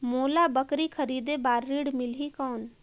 मोला बकरी खरीदे बार ऋण मिलही कौन?